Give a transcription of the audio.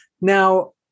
Now